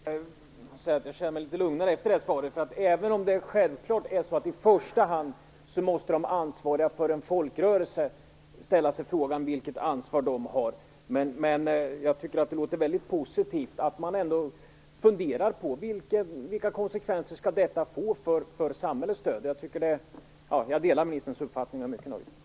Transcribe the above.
Herr talman! Jag känner mig litet lugnare efter det svaret, även om det självklart är de som i första hand är ansvariga för en folkrörelse som måste fråga sig vilket ansvar de har. Men det låter väldigt positivt att man ändå funderar på vilka konsekvenser detta skall få för samhällets stöd. Jag delar ministerns uppfattning och är mycket nöjd med svaret.